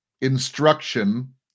instruction